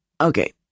okay